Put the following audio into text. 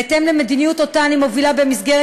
בהתאם למדיניות שאני מובילה במסגרת